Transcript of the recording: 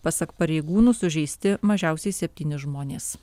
pasak pareigūnų sužeisti mažiausiai septyni žmonės